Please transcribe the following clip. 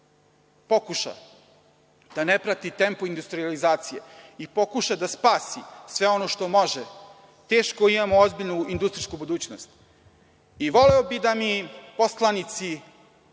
pokuša da ne prati tempo industrijalizacije i pokuša da spasi sve ono što može, teško imamo ozbiljnu industrijsku budućnost. Voleo bih da mi, poslanici,